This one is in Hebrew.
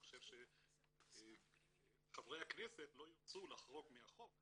אני חושב שחברי הכנסת לא ירצו לחרוג מהחוק.